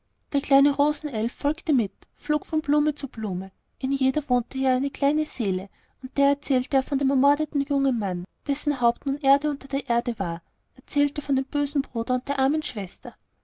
der kleine rosenelf folgte mit flog von blume zu blume in jeder wohnte ja eine kleine seele und der erzählte er von dem ermordeten jungen mann dessen haupt nun erde unter der erde war erzählte von dem bösen bruder und der armen schwester